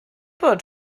bod